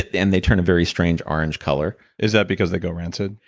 and they turn a very strange orange color is that because they go rancid?